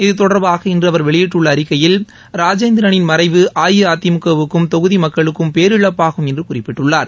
இதுதொடர்பாக இன்று அவர் வெளியிட்டுள்ள அறிக்கையில் ராஜேந்திரனின் மறைவு அஇஅதிமுக வுக்கும் தொகுதி மக்களுக்கும் பேரிழப்பாகும் என்று குறிப்பிட்டுள்ளார்